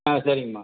ஆ சரிங்கம்மா